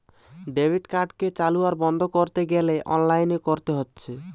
debit কার্ডকে চালু আর বন্ধ কোরতে গ্যালে অনলাইনে কোরতে হচ্ছে